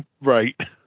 Right